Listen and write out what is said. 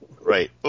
Right